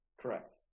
Correct